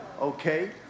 okay